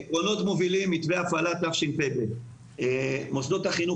עקרונות מובילים מתווה הפעלת תשפ"ב: מוסדות החינוך